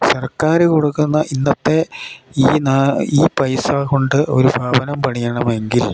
സർക്കാർ കൊടുക്കുന്ന ഇന്നത്തെ ഈ ഈ പൈസ കൊണ്ട് ഒരു ഭവനം പണിയണമെങ്കിൽ